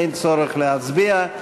אין צורך להצביע.